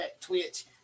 Twitch